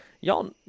Y'all